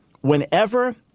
Whenever